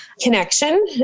Connection